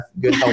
good